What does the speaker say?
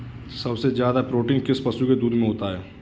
सबसे ज्यादा प्रोटीन किस पशु के दूध में होता है?